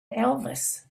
elvis